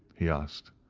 he asked.